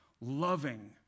loving